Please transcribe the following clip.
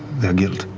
their guilt.